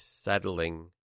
settling